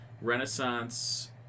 Renaissance